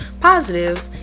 positive